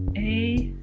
a.